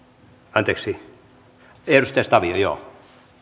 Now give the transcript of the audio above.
anteeksi edustaja tavio vielä